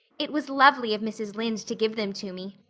it was lovely of mrs. lynde to give them to me.